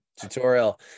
tutorial